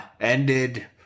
ended